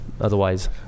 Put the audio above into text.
otherwise